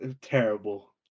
terrible